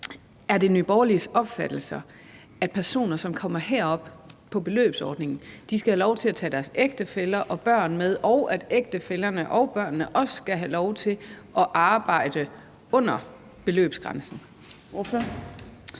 om det er Nye Borgerliges opfattelse, at personer, der kommer herop på beløbsordningen, skal have lov til at tage deres ægtefæller og børn med, og om ægtefællerne og børnene også skal have lov til at arbejde under beløbsordningen.